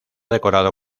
decorado